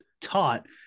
taught